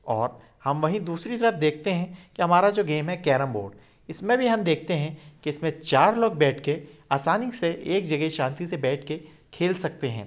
और हम वहीं दूसरी तरफ़ देखते हैं कि हमारा जो गेम है कैरम बोर्ड इसमें भी हम देखते हैं कि इसमें चार लोग बैठ कर आसानी से एक जगह शांति से बैठ कर खेल सकते हैं